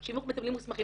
70% מטפלים מוסמכים.